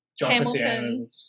Hamilton